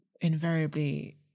invariably